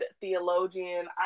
theologian